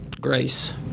Grace